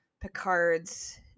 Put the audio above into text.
Picard's